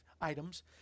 items